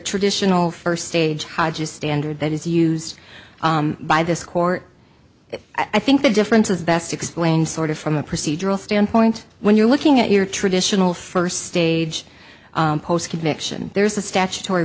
traditional first stage high just standard that is used by this court i think the difference is best explained sort of from a procedural standpoint when you're looking at your traditional first stage post conviction there's a statutory